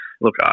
look